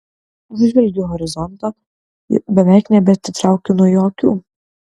apžvelgiu horizontą beveik nebeatitraukiu nuo jo akių